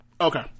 Okay